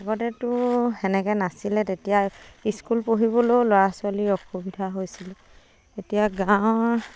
আগতেতো তেনেকৈ নাছিলে তেতিয়া স্কুল পঢ়িবলেও ল'ৰা ছোৱালীৰ অসুবিধা হৈছিল এতিয়া গাঁৱৰ